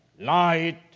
Light